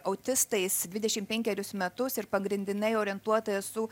autistais dvidešim penkerius metus ir pagrindinai orientuota esu